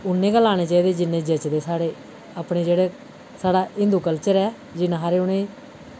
उन्ने गै लाने चाहिदे जिन्ने जचदे साढ़े अपने जेह्ड़ा साढ़ा हिन्दू कल्चर ऐ जिन्ने हारे उ'नें